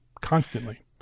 constantly